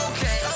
Okay